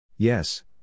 Yes